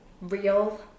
real